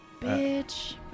Bitch